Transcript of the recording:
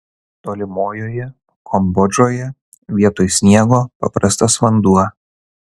tolimojoje kambodžoje vietoj sniego paprastas vanduo